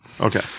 Okay